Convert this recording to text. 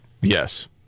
Yes